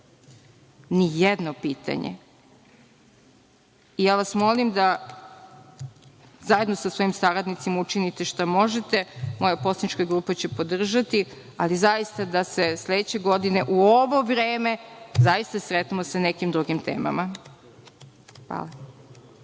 nijedno pitanje. Ja vas molim da zajedno sa svojim saradnicima učinite šta možete. Moja poslanička grupa će podržati. Ali, zaista, da se sledeće godine u ovo vreme zaista sretnemo sa nekim drugim temama. Hvala.